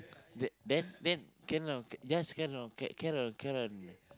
the then then can not can just can not can not can not